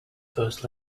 first